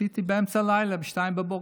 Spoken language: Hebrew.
עשיתי באמצע הלילה, ב-02:00,